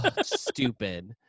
Stupid